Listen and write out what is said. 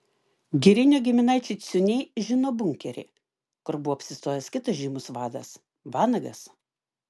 girinio giminaičiai ciuniai žino bunkerį kur buvo apsistojęs kitas žymus vadas vanagas